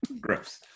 gross